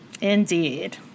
Indeed